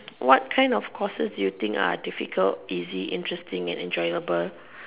what kind of courses do you think are difficult easy interesting and enjoyable